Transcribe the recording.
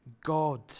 God